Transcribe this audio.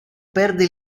perde